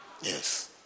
Yes